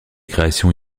créations